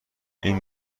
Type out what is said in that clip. این